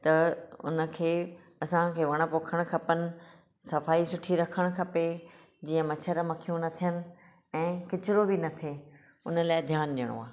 त हुनखे असांखे वण पोखणु खपनि सफ़ाई सुठी रखणु खपे जीअं मछर मखियूं न थियनि ऐं किचिरो बि न थिए हुनजे लाइ ध्यानु ॾियणो आहे